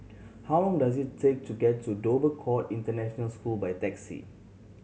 how long does it take to get to Dover Court International School by taxi